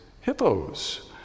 hippos